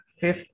Fifth